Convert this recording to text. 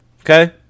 Okay